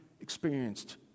experienced